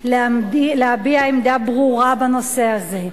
להביע עמדה ברורה בנושא הזה,